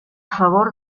favor